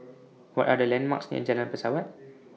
What Are The landmarks near Jalan Pesawat